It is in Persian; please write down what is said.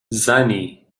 زنی